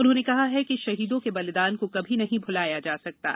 उन्होंने कहा है कि शहीदों के बलिदान को कभी नहीं भुलाया जा सकता है